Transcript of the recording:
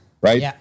Right